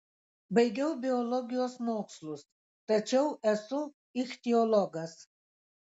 baigiau biologijos mokslus tačiau esu ichtiologas